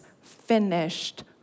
finished